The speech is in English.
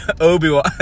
Obi-Wan